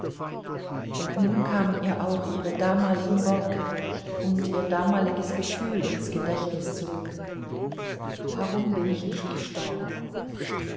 und nun kamen ihr auch ihre damaligen worte und ihr damaliges gefühl ins gedächtnis zurück warum bin ich nicht gestorben